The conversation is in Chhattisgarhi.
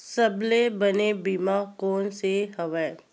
सबले बने बीमा कोन से हवय?